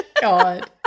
god